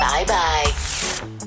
Bye-bye